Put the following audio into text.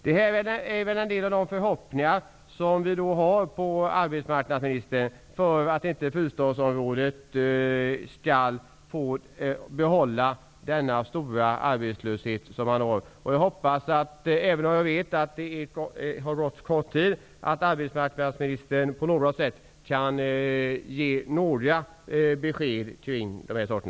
Det jag nu har räknat upp är en del av de förhoppningar vi har på arbetsmarknadsministern, så att fyrstadsområdet inte skall få behålla den höga arbetslösheten. Jag vet att det har gått kort tid, men jag hoppas att arbetsmarknadsministern kan ge några besked på dessa punkter.